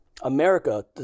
America